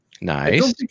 Nice